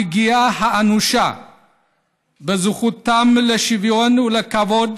הפגיעה האנושה בזכותם לשוויון ולכבוד